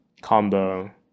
combo